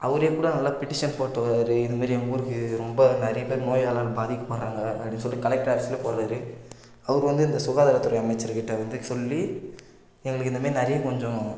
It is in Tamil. அவரேக்கூட நல்லா பெட்டிஷன் போட்டிருவாரு இது மாரி எங்கள் ஊருக்கு ரொம்ப நிறைய பேர் நோயால் பாதிக்கப்படுறாங்க அப்படின் சொல்லி கலெக்டர் ஆஃபீஸ்லையே போடுறாரு அவர் வந்து இந்த சுகாதாரத்துறை அமைச்சருக்கிட்ட வந்து சொல்லி எங்களுக்கு இந்த மாரி நிறைய கொஞ்சம்